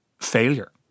failure